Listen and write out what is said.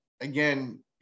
again